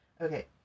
okay